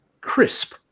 crisp